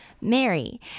Mary